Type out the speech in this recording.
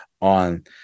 on